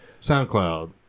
SoundCloud